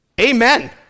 Amen